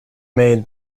made